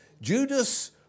Judas